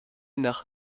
nach